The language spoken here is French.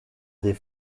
des